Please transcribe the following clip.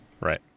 Right